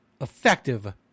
effective